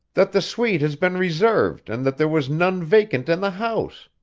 that the suite has been reserved and that there was none vacant in the house.